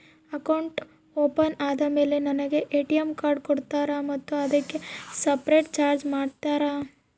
Account open ಆದಮೇಲೆ ನನಗೆ ATM card ಕೊಡ್ತೇರಾ ಮತ್ತು ಅದಕ್ಕೆ ಸಪರೇಟ್ ಚಾರ್ಜ್ ಮಾಡ್ತೇರಾ?